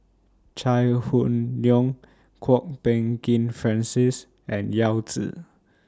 Chai Hon Yoong Kwok Peng Kin Francis and Yao Zi